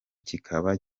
kikaba